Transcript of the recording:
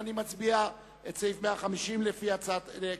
ההסתייגות של חבר הכנסת חיים אורון לפרק כ"ו: